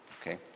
Okay